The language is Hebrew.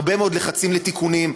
הרבה מאוד לחצים לתיקונים,